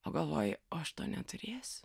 o galvoju o aš to neturėsiu